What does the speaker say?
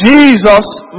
Jesus